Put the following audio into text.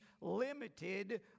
limited